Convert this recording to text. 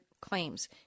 claims